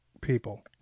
people